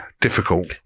difficult